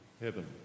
heaven